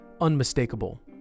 unmistakable